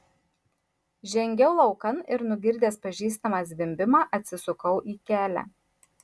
žengiau laukan ir nugirdęs pažįstamą zvimbimą atsisukau į kelią